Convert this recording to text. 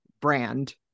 brand